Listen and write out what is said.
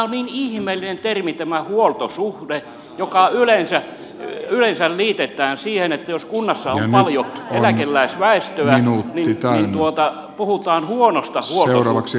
on niin ihmeellinen termi tämä huoltosuhde joka yleensä liitetään siihen että jos kunnassa on paljon eläkeläisväestöä niin puhutaan huonosta huoltosuhteesta